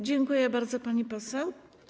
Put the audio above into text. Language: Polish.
Dziękuję bardzo, pani poseł.